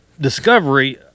discovery